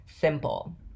simple